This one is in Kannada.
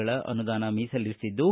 ಗಳ ಅನುದಾನವನ್ನು ಮೀಸಲಿರಿಸಿದ್ದು